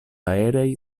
aerei